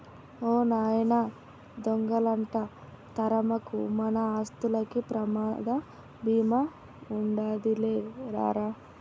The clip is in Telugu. ఓ నాయనా దొంగలంట తరమకు, మన ఆస్తులకి ప్రమాద బీమా ఉండాదిలే రా రా